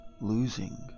losing